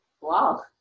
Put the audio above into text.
Wow